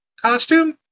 Costume